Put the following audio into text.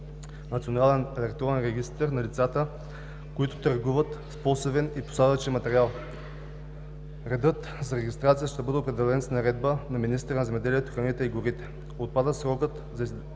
национален електронен регистър на лицата, които търгуват с посевен и посадъчен материал. Редът за регистрация ще бъде определен с наредба на министъра на земеделието, храните и горите. Отпада срокът на издадените